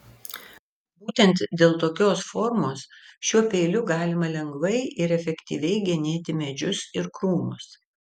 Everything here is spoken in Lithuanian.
būtent dėl tokios formos šiuo peiliu galima lengvai ir efektyviai genėti medžius ir krūmus